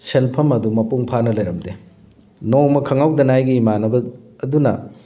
ꯁꯦꯟꯐꯝ ꯑꯗꯨ ꯃꯄꯨꯡ ꯐꯥꯅ ꯂꯩꯔꯝꯗꯦ ꯅꯣꯡꯃ ꯈꯪꯍꯧꯗꯅ ꯑꯩꯒꯤ ꯏꯃꯥꯅꯕ ꯑꯗꯨꯅ